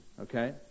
Okay